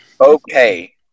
okay